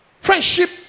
Friendship